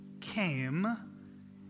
came